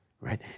right